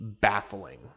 baffling